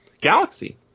Galaxy